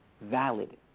valid